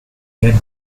get